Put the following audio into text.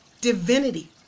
divinity